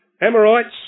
Amorites